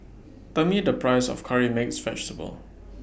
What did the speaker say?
Tell Me The Price of Curry Mixed Vegetable